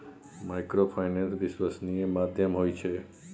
Microfinance विश्वासनीय माध्यम होय छै?